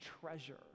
treasure